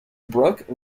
brook